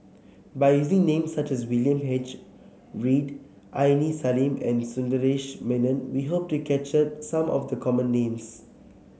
by using names such as William H Read Aini Salim and Sundaresh Menon we hope to capture some of the common names